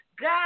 God